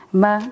ma